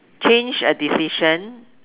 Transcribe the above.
change a decision